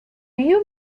you